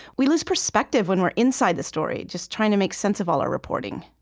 we lose perspective when we're inside the story just trying to make sense of all our reporting.